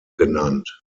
genannt